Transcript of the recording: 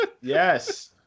yes